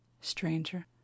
Stranger